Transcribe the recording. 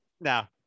now